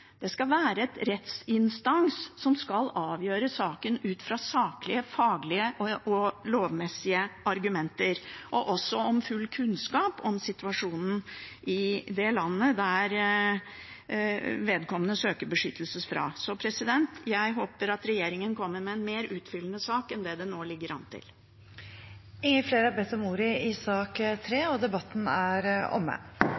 Det skal være en rettsinstans som skal avgjøre saken ut fra saklige, faglige og lovmessige argumenter, og også med full kunnskap om situasjonen i det landet vedkommende søker beskyttelse fra. Så jeg håper regjeringen kommer med en mer utfyllende sak enn det det nå ligger an til. Flere har ikke bedt om ordet til sak